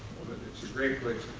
it's a great place